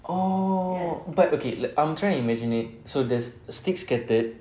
oh but okay I'm trying to imagine it so there's sticks scattered